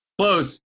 Close